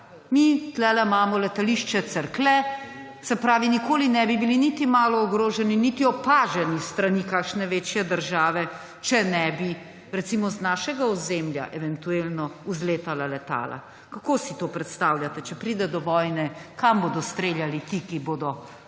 Mi tukajle imamo letališče Cerklje. Se pravi, nikoli ne bi bili niti malo ogroženi niti opaženi s strani kakšne večje države, če ne bi recimo z našega ozemlja eventualno vzletala letala. Kako si to predstavljate, če pride do vojne? Kam bodo streljali ti, ki bodo